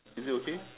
is it okay